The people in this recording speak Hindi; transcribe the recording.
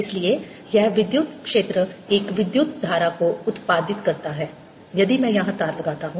इसलिए यह विद्युत क्षेत्र एक विद्युत धारा को उत्पादित करता है यदि मैं यहां तार लगाता हूं